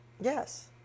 Yes